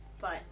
but-